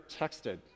texted